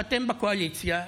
אתם בקואליציה,